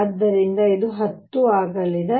ಆದ್ದರಿಂದ ಇದು 10 ಆಗಲಿದೆ